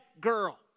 girl